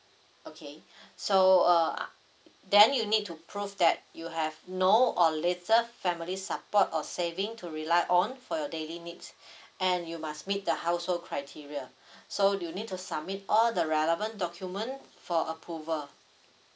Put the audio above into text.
okay so uh then you need to prove that you have no or later family support or saving to rely on for your daily needs and you must meet the household criteria so you need to submit all the relevant document for approval